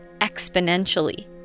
exponentially